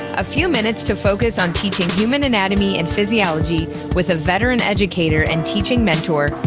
a few minutes to focus on teaching human anatomy and physiology with a veteran educator and teaching mentor,